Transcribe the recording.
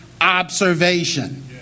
observation